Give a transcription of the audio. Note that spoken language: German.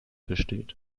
besteht